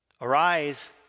arise